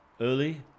early